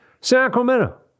Sacramento